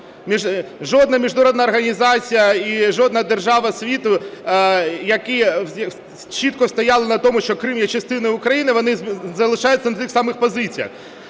Жодна міжнародна організація і жодна держава світу, які чітко стояли на тому, що Крим є частиною України, вони залишаються на тих самих позиціях.